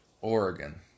Oregon